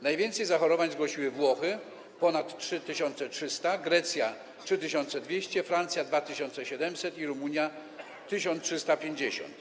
Najwięcej zachorowań zgłosiły Włochy - ponad 3300, Grecja - 3200, Francja - 2700 i Rumunia - 1350.